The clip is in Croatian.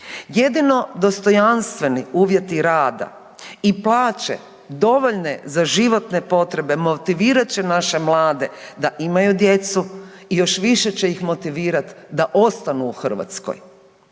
Jedino dostojanstveni uvjeti rada i plaće dovoljne za životne potrebe motivirat će naše mlade da imaju djecu i još više će ih motivirat da ostanu u Hrvatskoj.